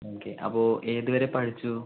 okay അപ്പോൾ ഏത് വരെ പഠിച്ചു